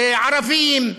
ערבים,